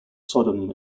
sodom